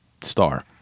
star